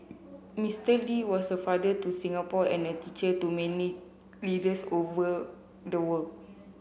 Mister Lee was a father to Singapore and a teacher to many leaders all over the world